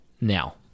now